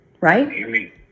Right